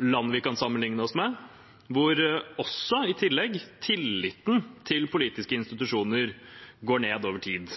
land vi kan sammenlikne oss med, hvor også tilliten til politiske institusjoner går ned over tid.